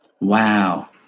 Wow